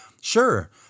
sure